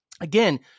Again